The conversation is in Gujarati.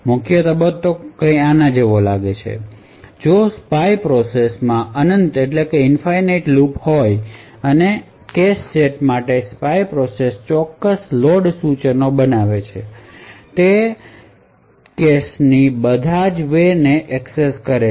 મુખ્ય તબક્કો કંઈક આના જેવો લાગે છે તેથી જો સ્પાય પ્રોસેસ માં અનંત લૂપ હોય અને દરેક કેશ સેટ માટે સ્પાય પ્રોસેસ ચોક્કસ લોડ સૂચનો બનાવે છે જે તે કેશની બધા વે ને એક્સેસ કરે છે